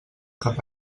cap